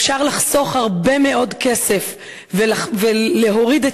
אפשר לחסוך הרבה מאוד כסף ולהוריד את